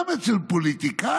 גם אצל פוליטיקאים,